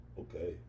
Okay